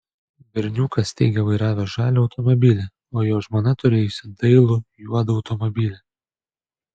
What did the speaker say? berniukas teigė vairavęs žalią automobilį o jo žmona turėjusi dailų juodą automobilį